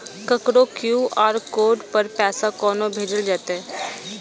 ककरो QR code पर पैसा कोना भेजल जेतै?